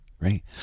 right